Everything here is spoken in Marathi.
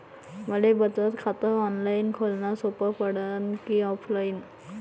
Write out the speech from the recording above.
मले बचत खात ऑनलाईन खोलन सोपं पडन की ऑफलाईन?